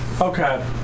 okay